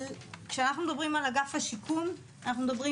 כשאנחנו מדברים על אגף השיקום אנחנו מדברים